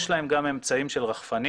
יש להם גם אמצעים של רחפנים.